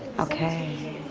okay.